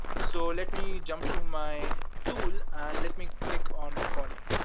so, let me jump to my tool and let me click on recording.